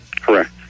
Correct